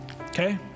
okay